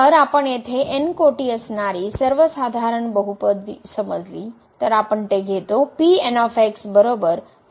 तर आपण येथे nकोटी असणारी सर्वसाधारण बहुपद समजली